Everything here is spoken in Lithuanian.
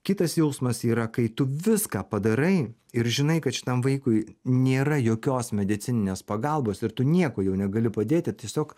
kitas jausmas yra kai tu viską padarai ir žinai kad šitam vaikui nėra jokios medicininės pagalbos ir tu niekuo jau negali padėti tiesiog